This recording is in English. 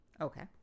Okay